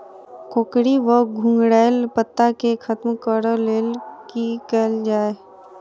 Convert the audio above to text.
कोकरी वा घुंघरैल पत्ता केँ खत्म कऽर लेल की कैल जाय?